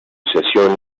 asociación